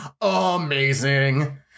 amazing